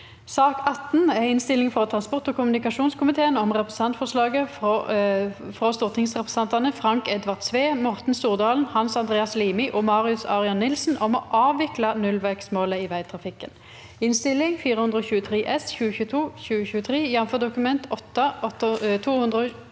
Innstilling fra transport- og kommunikasjonskomi- teen om Representantforslag fra stortingsrepresentan- tene Frank Edvard Sve, Morten Stordalen, Hans Andreas Limi og Marius Arion Nilsen om å avvikle nullvekstmålet i veitrafikken (Innst. 423 S (2022–2023), jf. Dokument 8:228